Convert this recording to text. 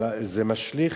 אבל זה משליך,